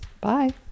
Bye